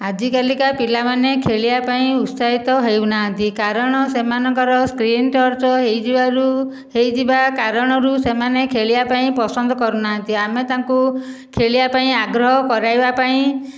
ଆଜିକାଲିକା ପିଲାମାନେ ଖେଳିବା ପାଇଁ ଉତ୍ସାହିତ ହେଉନାହାନ୍ତି କାରଣ ସେମାନଙ୍କର ସ୍କ୍ରିନ ଟଚ ହୋଇଯିବାରୁ ହୋଇଯିବା କାରଣରୁ ସେମାନେ ଖେଳିବା ପାଇଁ ପସନ୍ଦ କରୁନାହାନ୍ତି ଆମେ ତାଙ୍କୁ ଖେଳିବା ପାଇଁ ଆଗ୍ରହ କରେଇବା ପାଇଁ